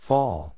Fall